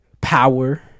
power